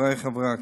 חברי חברי הכנסת,